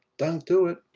don't do it.